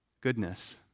Goodness